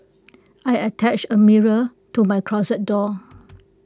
I attached A mirror to my closet door